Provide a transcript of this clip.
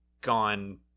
gone